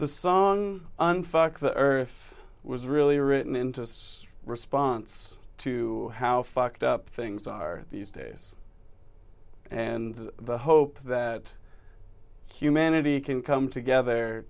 the song on fox the earth was really written into its response to how fucked up things are these days and the hope that humanity can come together